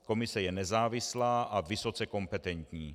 Komise je nezávislá a vysoce kompetentní.